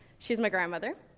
she's my grandmother,